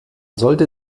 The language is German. sollte